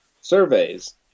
surveys